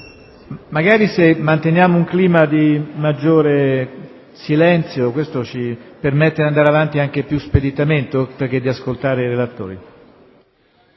Se manteniamo un clima di maggiore silenzio questo ci permetterà di andare avanti anche più speditamente, oltre che di ascoltare gli oratori.